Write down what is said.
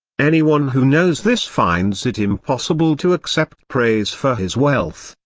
anyone who knows this finds it impossible to accept praise for his wealth,